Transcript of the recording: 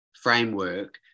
framework